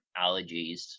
allergies